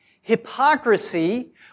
hypocrisy